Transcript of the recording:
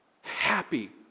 Happy